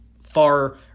far